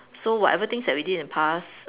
so whatever things that we did in the past